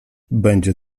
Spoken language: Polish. będzie